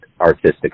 artistic